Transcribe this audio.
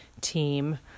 team